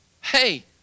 hey